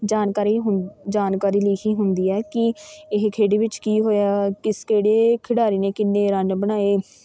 ਜਾਣਕਾਰੀ ਹੁੰ ਜਾਣਕਾਰੀ ਲਿਖੀ ਹੁੰਦੀ ਹੈ ਕਿ ਇਹ ਖੇਡ ਵਿੱਚ ਕੀ ਹੋਇਆ ਕਿਸ ਕਿਹੜੇ ਖਿਡਾਰੀ ਨੇ ਕਿੰਨੇ ਰਨ ਬਣਾਏ